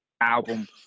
album